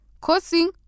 causing